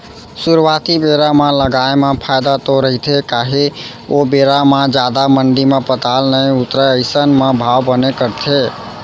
सुरुवाती बेरा म लगाए म फायदा तो रहिथे काहे ओ बेरा म जादा मंडी म पताल नइ उतरय अइसन म भाव बने कटथे